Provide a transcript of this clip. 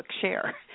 Share